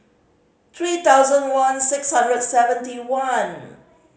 three thousand one six hundred and seventy one